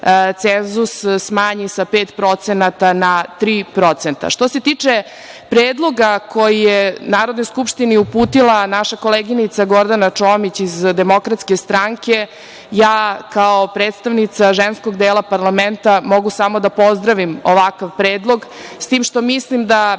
cenzus smanji sa 5% na 3%.Što se tiče predloga koji je Narodnoj skupština uputila naša koleginica Gordana Čomić iz Demokratske stranke, ja kao predstavnica ženskog dela parlamenta mogu samo da pozdravim ovakav predlog, s tim što mislim da